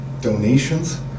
donations